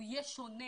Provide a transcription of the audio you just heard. יהיה שונה